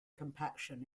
compaction